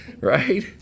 right